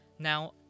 Now